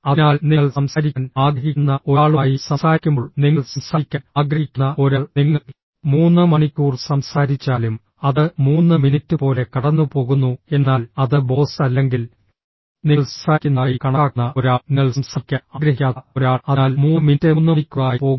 അതിനാൽ നിങ്ങൾ സംസാരിക്കാൻ ആഗ്രഹിക്കുന്ന ഒരാളുമായി സംസാരിക്കുമ്പോൾ നിങ്ങൾ സംസാരിക്കാൻ ആഗ്രഹിക്കുന്ന ഒരാൾ നിങ്ങൾ 3 മണിക്കൂർ സംസാരിച്ചാലും അത് 3 മിനിറ്റ് പോലെ കടന്നുപോകുന്നു എന്നാൽ അത് ബോസ് അല്ലെങ്കിൽ നിങ്ങൾ സംസാരിക്കുന്നതായി കണക്കാക്കുന്ന ഒരാൾ നിങ്ങൾ സംസാരിക്കാൻ ആഗ്രഹിക്കാത്ത ഒരാൾ അതിനാൽ 3 മിനിറ്റ് 3 മണിക്കൂറായി പോകും